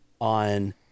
on